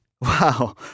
Wow